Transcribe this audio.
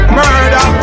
murder